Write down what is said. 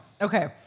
Okay